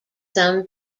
some